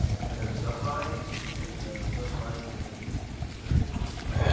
head of sub buying and sub buying management that's very important job